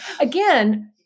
again